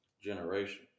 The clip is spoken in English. generation